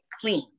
clean